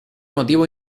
motivo